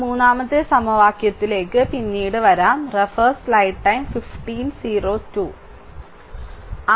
ആ മൂന്നാമത്തെ സമവാക്യത്തിലേക്ക് പിന്നീട് വരും